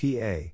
PA